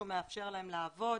הוא מאפשר להם לעבוד,